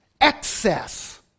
excess